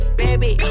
baby